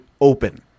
open